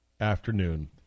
afternoon